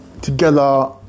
together